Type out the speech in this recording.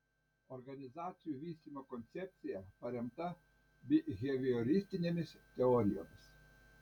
organizacijų vystymo koncepcija paremta bihevioristinėmis teorijomis